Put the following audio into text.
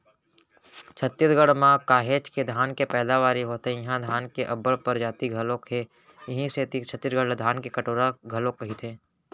छत्तीसगढ़ म काहेच के धान के पैदावारी होथे इहां धान के अब्बड़ परजाति घलौ हे इहीं सेती छत्तीसगढ़ ला धान के कटोरा घलोक कइथें